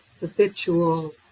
habitual